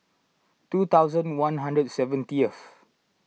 two thousand one hundred and seventieth